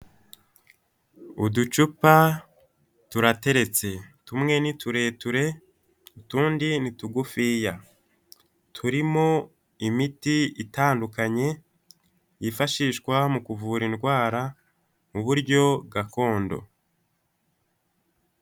Uducupa turateretse tumwe ni tureture utundi ni tugufiya, turimo imiti itandukanye yifashishwa mu kuvura indwara mu buryo gakondo.